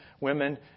women